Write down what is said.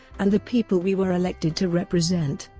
and the people we were elected to represent.